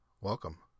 Welcome